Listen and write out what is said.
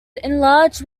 enlarge